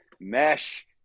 mesh